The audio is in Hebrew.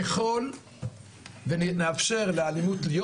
ככל ונאפשר לאלימות להיות,